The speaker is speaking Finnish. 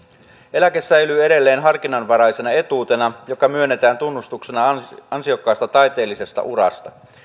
eläke säilyy edelleen harkinnanvaraisena etuutena joka myönnetään tunnustuksena ansiokkaasta taiteellisesta urasta